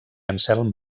anselm